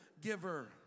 giver